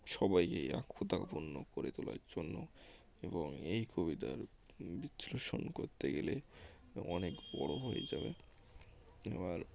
সবাইকে একতাপূর্ণ করে তোলার জন্য এবং এই কবিতার বিশ্লেষণ করতে গেলে অনেক বড় হয়ে যাবে এবার